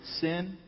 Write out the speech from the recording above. sin